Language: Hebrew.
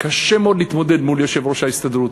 קשה מאוד להתמודד מול יושב-ראש ההסתדרות,